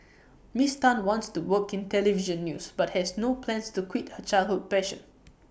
miss Tan wants to work in Television news but has no plans to quit her childhood passion